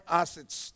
assets